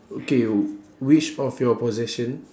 okay which of your possession